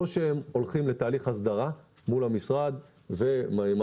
או שהם הולכים לתהליך הסדרה מול המשרד ומראים